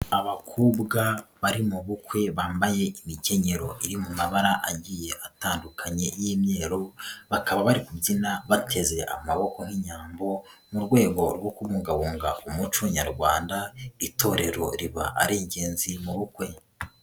Abakobwa bari mu bukwe bambaye imikenyero iri mu mabara agiye atandukanye y'imyeru, bakaba bari kubyina bateze amaboko nk'inyambo, mu rwego rwo kubungabunga umuco Nyarwanda itorero riba ari ingenzi mu bukwe.